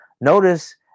Notice